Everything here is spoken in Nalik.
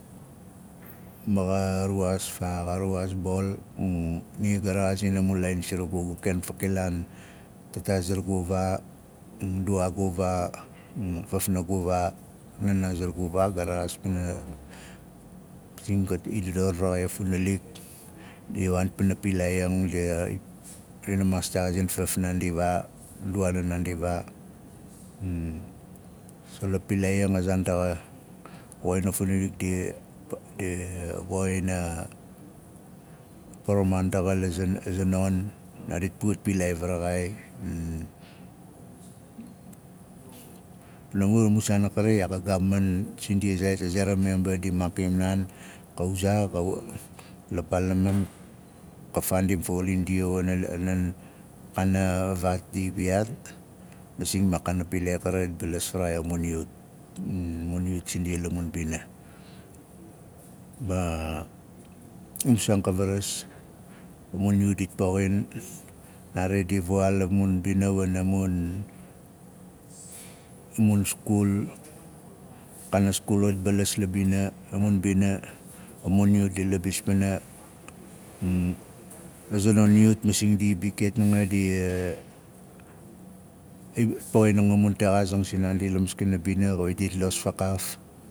Ma xa ruwaas faa ruwaas mbol nia ga rexaazin a mu laain siragu. Ga ken fakilaan taataa siragu vaa nduaagu vaa fafnagu vaa naanaa siragu vaa ga rexaas pana ga i dador varaxai a fnnalik di i waan pana ilaai an. Ndia dina maa texaazin a pilaai an a zaan ndaxa ka woxin a fnnalik dia dia woin a poroman daxa la- la za non naadit puwat pilaai vaaxai la mur a mu zaan a kari iyaak a gaapman sindia zaait a ze ra memvba di maakim naan ka wuzaa xa wa la paalaman wana la nan kaana a vaat di i piyaat masing ma kaana pilaai a kari xat balas faraxai a mun yut a mun xut sindia la mun mbina m muntexaazing sinaandi la mas kana bing xawit dit los fakaaf